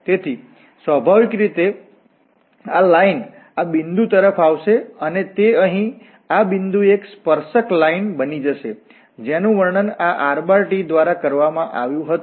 તેથી સ્વાભાવિક રીતે આ લાઇન આ બિંદુ તરફ આવશે અને તે અહીં આ બિંદુએ એક સ્પર્શક લાઇન બની જશે જેનું વર્ણન આ rt દ્વારા કરવામાં આવ્યું હતું